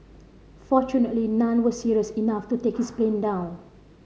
fortunately none were serious enough to take his plane down